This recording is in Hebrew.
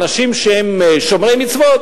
אנשים שהם שומרי מצוות,